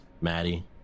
Maddie